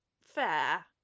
Fair